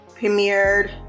premiered